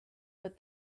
but